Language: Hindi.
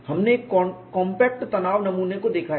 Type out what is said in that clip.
हमने एक कॉम्पैक्ट तनाव नमूना देखा है